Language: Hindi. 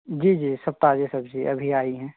जी जी सब ताज़ी सब्ज़ी अभी आई है